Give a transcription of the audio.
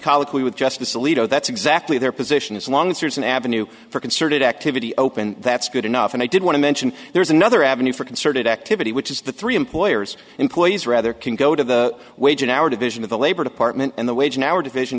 colloquy with justice alito that's exactly their position as long as there's an avenue for concerted activity open that's good enough and i did want to mention there is another avenue for concerted activity which is the three employers employees rather can go to the wage and hour division of the labor department and the wage in our division